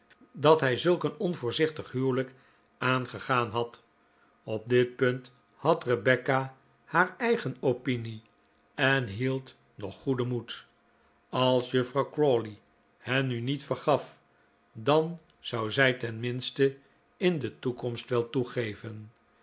dat hij zulk een onvoorzichtig huwelijk aangegaan had op dit punt had rebecca haar eigen opinie en hield nog goeden moed als juffrouw crawley hen nu niet vergaf dan zou zij ten minste in de toekomst wel toegeven